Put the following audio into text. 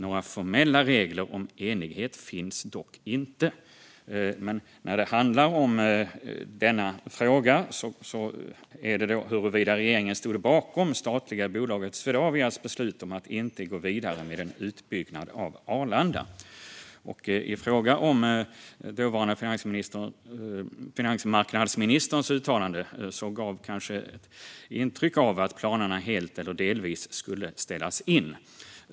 Några formella regler om enighet finns dock inte. Men i denna fråga handlar det om huruvida regeringen stod bakom det statliga bolaget Swedavias beslut om att inte gå vidare med en utbyggnad av Arlanda. Dåvarande finansmarknadsministerns uttalande gav kanske intryck av att planerna helt eller delvis skulle ställas in.